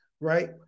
right